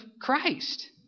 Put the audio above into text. Christ